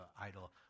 idol